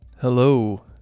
Hello